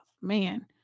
man